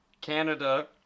Canada